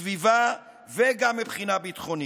בסביבה וגם מבחינה ביטחונית.